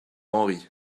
henri